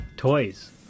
toys